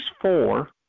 four